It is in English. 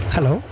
Hello